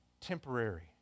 temporary